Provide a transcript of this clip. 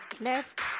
left